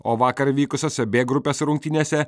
o vakar vykusiose b grupės rungtynėse